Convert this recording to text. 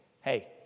hey